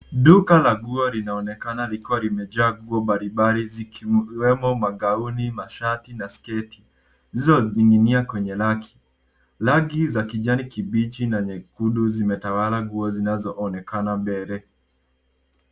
Duka la nguo linaonekana likiwa limejaa nguo mbalimbali, zikiwemo magauni, mashati, na sketi, zilizoning'inia kwenye rangi. Rangi za kijani kibichi na nyekundu zimetawala nguo zinazoonekana mbele.